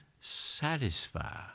satisfy